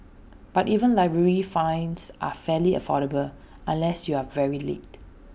but even library fines are fairly affordable unless you are very late